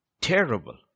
terrible